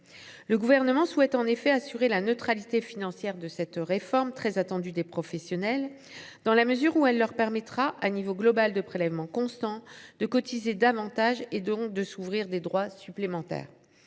Le Gouvernement souhaite en effet assurer la neutralité financière de cette réforme, qui est très attendue des professionnels dans la mesure où elle leur permettra, à niveau global de prélèvements constant, de cotiser davantage et, donc, de se voir accorder des droits supplémentaires.